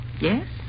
Yes